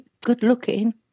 good-looking